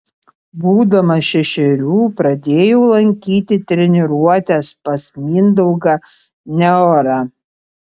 būdamas šešerių pradėjau lankyti treniruotes pas mindaugą neorą